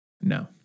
No